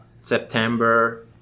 September